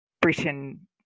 Britain